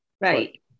Right